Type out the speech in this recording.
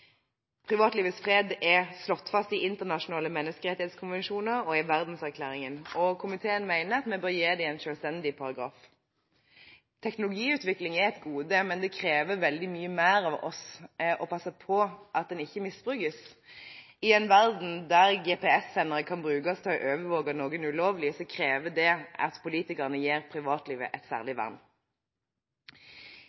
privatlivets fred. Privatlivets fred er slått fast i internasjonale menneskerettighetskonvensjoner og i Verdenserklæringen, og komiteen mener at vi bør gi en selvstendig paragraf. Teknologiutvikling er et gode, men det krever veldig mye mer av oss å passe på at den ikke misbrukes. I en verden der GPS-sendere kan brukes til å overvåke noen ulovlig, krever det at politikerne gir privatlivet et særlig